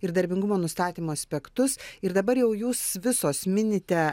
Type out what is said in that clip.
ir darbingumo nustatymo aspektus ir dabar jau jūs visos minite